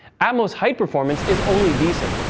atmos height performance is only decent,